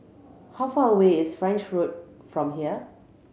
how far away is French Road from here